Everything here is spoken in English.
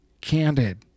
candid